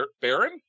Baron